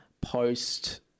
post